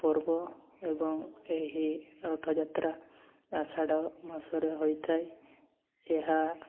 ପର୍ବ ଏବଂ ଏହି ରଥଯାତ୍ରା ଆଷାଢ଼ ମାସରେ ହୋଇଥାଏ ଏହା